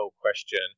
question